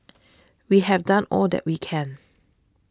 we have done all that we can